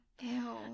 Ew